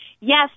Yes